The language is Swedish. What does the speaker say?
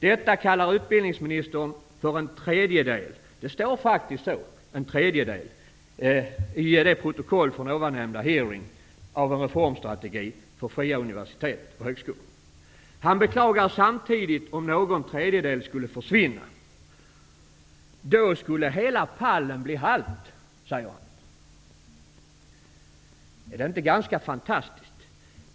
Detta kallar utbildningsministern för en tredjedel -- det står faktiskt så i protokollet från nämnda hearing -- av en reformstrategi för fria universitet och högskolor. Han beklagar samtidigt om någon tredjedel skulle försvinna. ''Då skulle hela pallen bli halt'', säger han. Är inte detta ganska fantastiskt?